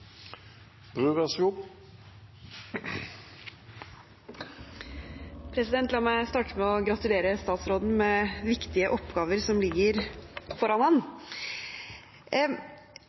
La meg starte med å gratulere statsråden med de viktige oppgavene som ligger foran